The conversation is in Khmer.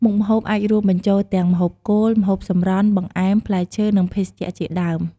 មុខម្ហូបអាចរួមបញ្ចូលទាំង ម្ហូបគោល អាហារសម្រន់ បង្អែម ផ្លែឈើ និងភេសជ្ជៈ ជាដើម។